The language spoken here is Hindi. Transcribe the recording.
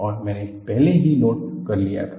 और मैंने पहले ही नोट कर लिया था